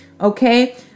Okay